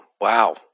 Wow